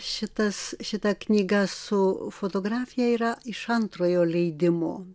šitas šita knyga su fotografija yra iš antrojo leidimo